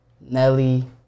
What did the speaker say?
Nelly